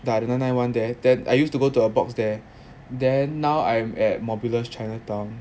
ya the nine nine one there then I used to go to a box there then now I am at mobulus chinatown